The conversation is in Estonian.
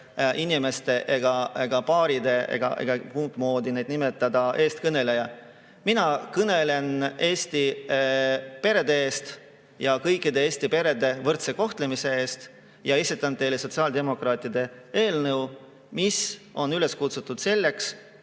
inimeste ega paaride eestkõneleja. Mina kõnelen Eesti perede eest ja kõikide Eesti perede võrdse kohtlemise eest. Ja ma esitlen teile sotsiaaldemokraatide eelnõu, mis on ellu kutsutud selleks,